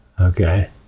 Okay